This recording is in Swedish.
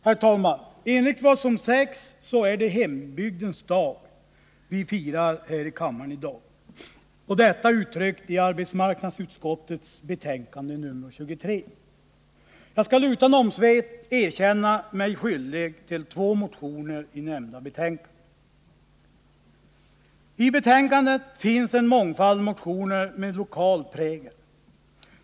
Herr talman! Enligt vad som sägs är det hembygdens dag vi firar här i kammaren i dag — detta uttryckt i arbetsmarknadsutskottets betänkande 23. Jag skall utan omsvep erkänna mig skyldig till två motioner som behandlas i nämnda betänkande. I betänkandet behandlas en mångfald motioner med lokal prägel.